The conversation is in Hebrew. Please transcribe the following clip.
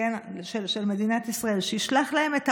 בבקשה, גברתי, שלוש דקות.